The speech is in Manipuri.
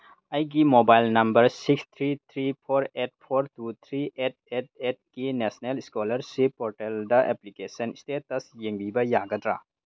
ꯑꯩꯒꯤ mobile number six three three four eight four two three eight eight ꯑꯦꯠꯀꯤ ꯅꯦꯁꯅꯦꯜ ꯏꯁꯀꯣꯂꯥꯔꯁꯤꯞ ꯄꯣꯔꯇꯦꯜꯗ ꯑꯦꯄ꯭ꯂꯤꯀꯦꯁꯟ ꯏꯁꯇꯦꯇꯁ ꯌꯦꯡꯕꯤꯕ ꯌꯥꯒꯗ꯭ꯔꯥ